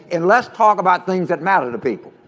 and let's talk about things that matter to people.